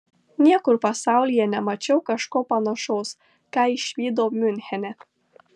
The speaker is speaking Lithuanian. niekur pasaulyje nemačiau kažko panašaus ką išvydau miunchene